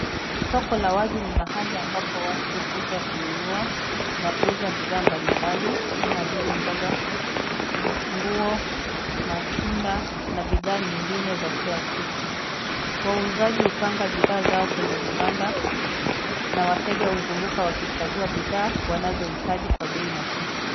Soko la wazi ni mahali ambapo watu huja kununua na kuuza bidhaa mbalimbali kama vile mboga, nguo, matunda na bidhaa nyingi za kila siku. Wauzaji hupanga bidhaa zao kwenye vibanda na wateja huzunguka kuchagua bidhaa wanazohitaji kwa bei nafuu.